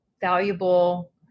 valuable